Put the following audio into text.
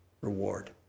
reward